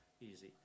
easy